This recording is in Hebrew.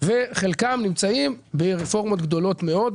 וחלקן נמצאות ברפורמות גדולות מאוד.